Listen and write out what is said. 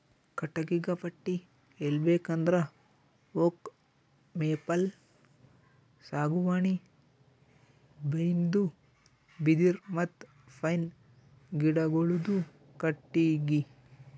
ಕಟ್ಟಿಗಿಗ ಪಟ್ಟಿ ಹೇಳ್ಬೇಕ್ ಅಂದ್ರ ಓಕ್, ಮೇಪಲ್, ಸಾಗುವಾನಿ, ಬೈನ್ದು, ಬಿದಿರ್ ಮತ್ತ್ ಪೈನ್ ಗಿಡಗೋಳುದು ಕಟ್ಟಿಗಿ